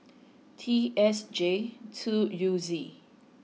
T S J two U Z